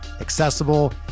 accessible